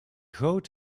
goot